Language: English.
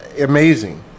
amazing